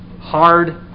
hard